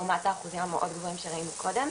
לעומת האחוזים המאוד גבוהים שראינו קודם.